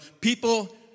people